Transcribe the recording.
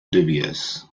dubious